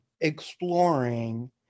exploring